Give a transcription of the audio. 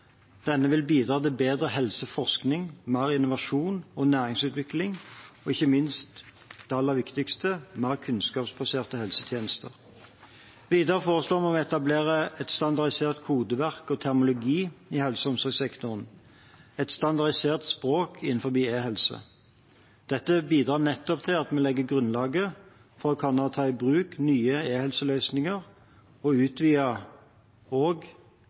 Denne vil bidra til bedre helseforskning, mer innovasjon og næringsutvikling og ikke minst – det aller viktigste – mer kunnskapsbaserte helsetjenester. Videre foreslår vi å etablere et standardisert kodeverk og terminologi i helse- og omsorgssektoren, et standardisert språk innenfor e-helse. Dette bidrar til at vi legger grunnlaget for å kunne ta i bruk nye e-helseløsninger, utvidede kjernejournaler og